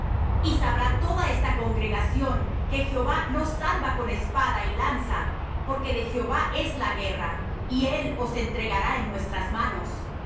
y sabrá toda esta congregación que jehová no salva con espada y lanza porque de jehová es la guerra y él os entregará en nuestras manos